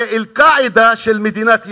זה "אל-קאעידה" של מדינת ישראל,